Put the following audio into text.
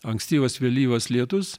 ankstyvas vėlyvas lietus